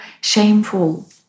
shameful